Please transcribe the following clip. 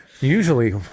Usually